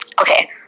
Okay